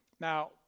Now